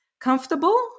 comfortable